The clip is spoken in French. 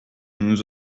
nous